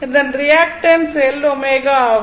இதன் reactance L ω ஆகும்